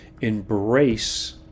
embrace